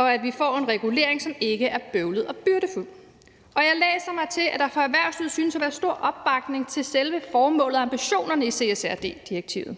i, at vi får en regulering, som ikke er bøvlet og byrdefuld. Jeg læser mig til, at der fra erhvervslivets side synes at være stor opbakning til selve formålet og ambitionerne med CSRD-direktivet.